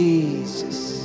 Jesus